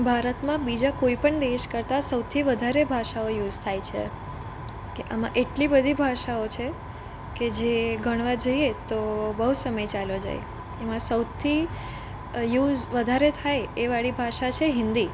ભારતમાં બીજા કોઈપણ દેશ કરતાં સૌથી વધારે ભાષાઓ યુઝ થાય છે કે આમાં એટલી બધી ભાષાઓ છે કે જે ગણવા જઈએ તો બહુ સમય ચાલ્યો જાય એમાં સૌથી યુઝ વધારે થાય એ વાળી ભાષા છે હિન્દી